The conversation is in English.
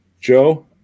Joe